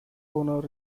owners